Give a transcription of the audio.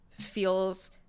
feels